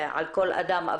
על כל אדם,